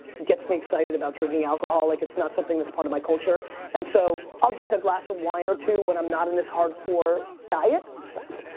gets me excited about drinking alcohol. like it's not really something that's part of my culture and so i'll drink a glass of wine or two when i'm not in this hardcore diet stuff.